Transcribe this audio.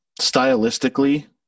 stylistically